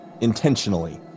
intentionally